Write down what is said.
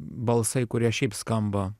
balsai kurie šiaip skamba